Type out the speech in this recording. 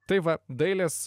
tai va dailės